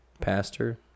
pastor